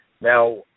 Now